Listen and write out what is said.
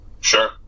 Sure